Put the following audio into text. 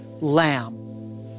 lamb